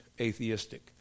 atheistic